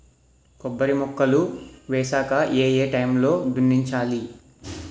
కొబ్బరి మొక్కలు వేసాక ఏ ఏ టైమ్ లో దున్నించాలి?